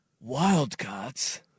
Wildcats